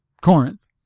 Corinth